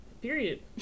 Period